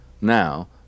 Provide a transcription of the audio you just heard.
Now